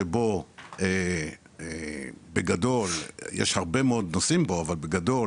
שבו בגדול יש הרבה מאוד נושאים בו, אבל בגדול